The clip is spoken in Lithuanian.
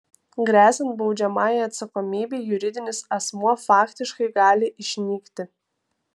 gresiant baudžiamajai atsakomybei juridinis asmuo faktiškai gali išnykti